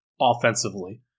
offensively